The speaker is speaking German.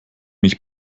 mich